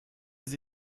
sie